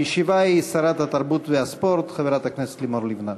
המשיבה היא שרת התרבות והספורט חברת הכנסת לימור לבנת.